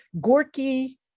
Gorky